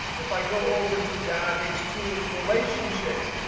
if i go over to database, tools, relationships,